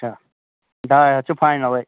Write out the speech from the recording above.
اَچھا ڈاے چھُ فایِنَلٕے